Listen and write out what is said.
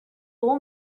full